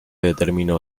determinó